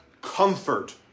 comfort